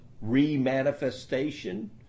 re-manifestation